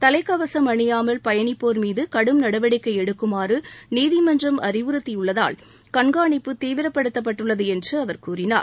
தலைக்கவசம் அணியாமல் பயணிப்போர்மீது கடும் நடவடிக்கை எடுக்குமாறு நீகிமன்றம் அறிவுறுத்தியுள்ளதால் கண்காணிப்பு தீவிரப்படுத்தப்பட்டுள்ளது என்று அவர் கூறினார்